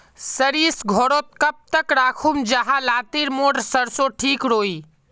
सरिस घोरोत कब तक राखुम जाहा लात्तिर मोर सरोसा ठिक रुई?